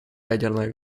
ядерные